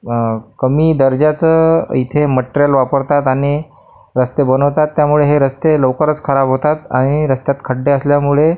कमी दर्जाचं इथे मटेरियल वापरतात आणि रस्ते बनवतात त्यामुळे हे रस्ते लवकरच खराब होतात आणि रस्त्यात खड्डे असल्यामुळे